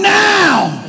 now